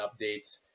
updates